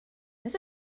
this